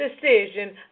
decision